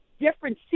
different